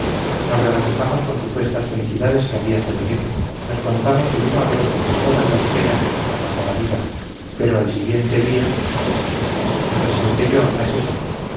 nos regocijamos con supuestas felicidades que habían de venir nos contamos el uno al otro todas las penas de nuestra pasada vida pero al siguiente día me presenté yo no es eso